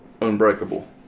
Unbreakable